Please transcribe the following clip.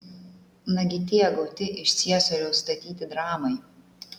nagi tie gauti iš ciesoriaus statyti dramai